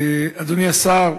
אדוני השר,